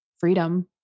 freedom